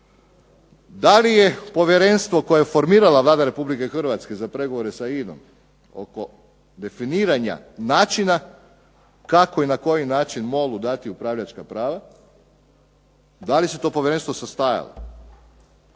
Da li je povjerenstvo koje je formirala Vlada Republike Hrvatske za pregovore sa INA-om oko definiranja načina kako i na koji način MOL-u dati upravljačka prava. Da li se to povjerenstvo sastajalo?